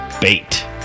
Bait